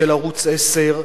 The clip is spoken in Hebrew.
של ערוץ-10,